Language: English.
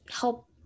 help